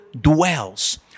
dwells